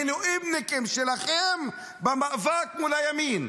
מילואימניקים שלכם במאבק מול הימין,